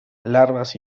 larvas